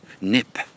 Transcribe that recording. nip